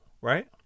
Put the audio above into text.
right